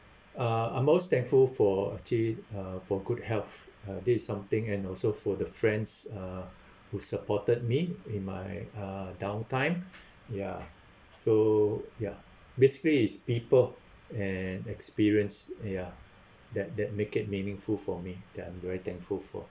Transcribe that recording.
uh I'm most thankful for actually uh for good health uh this is something and also for the friends uh who supported me in my uh downtime ya so ya basically it's people and experience uh ya that that make it meaningful for me that I'm very thankful for